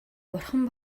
бурхан